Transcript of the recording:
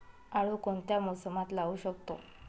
आळू कोणत्या मोसमात लावू शकतो?